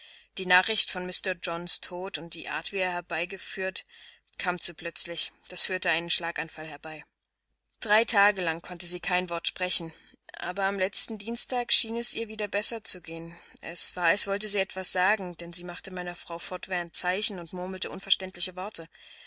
die nachricht von mr johns tode und die art wie er herbeigeführt kam zu plötzlich das führte einen schlaganfall herbei drei tage lang konnte sie kein wort sprechen aber am letzten dienstag schien es ihr wieder besser zu gehen es war als wollte sie etwas sagen denn sie machte meiner frau fortwährend zeichen und murmelte unverständliche worte